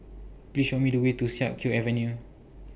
Please Show Me The Way to Siak Kew Avenue